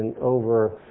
over